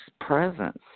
presence